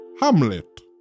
Hamlet